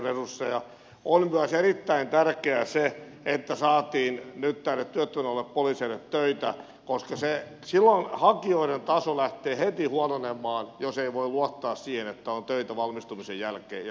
on myös erittäin tärkeää se että saatiin nyt näille työttöminä oleville poliiseille töitä koska silloin hakijoiden taso lähtee heti huononemaan jos ei voi luottaa siihen että on töitä valmistumisen jälkeen ja tästä on pidettävä kiinni